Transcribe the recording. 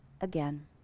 again